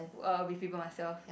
w~ uh with people myself